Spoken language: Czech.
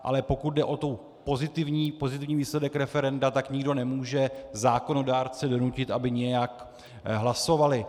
Ale pokud jde o pozitivní výsledek referenda, tak nikdo nemůže zákonodárce donutit, aby nějak hlasovali.